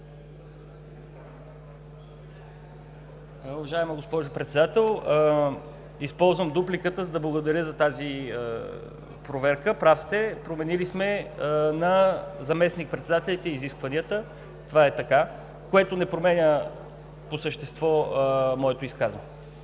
Уважаема госпожо Председател, използвам дупликата, за да благодаря за тази проверка. Прав сте, променили сме изискванията на заместник-председателите. Това е така, но не променя по същество моето изказване.